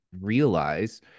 realize